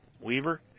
Weaver